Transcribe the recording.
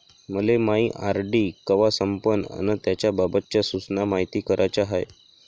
मले मायी आर.डी कवा संपन अन त्याबाबतच्या सूचना मायती कराच्या हाय